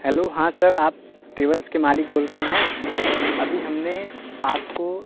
hello हाँ sir आप tables के मालिक बोल रहे हैं अभी हमने आपको